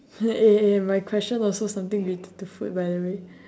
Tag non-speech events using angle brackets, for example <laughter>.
<noise> eh eh my question also something with the food by the way